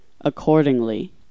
Accordingly